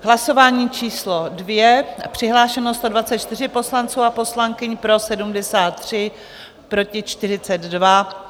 V hlasování číslo 2 přihlášeno 124 poslanců a poslankyň, pro 73, proti 42.